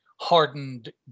hardened